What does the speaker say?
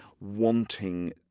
wanting